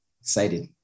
Excited